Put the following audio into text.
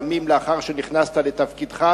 ימים לאחר שנכנסת לתפקידך,